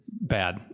bad